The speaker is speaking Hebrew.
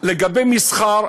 לגבי מסחר,